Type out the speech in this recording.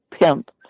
pimp